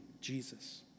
Jesus